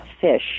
fish